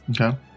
Okay